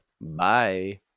Bye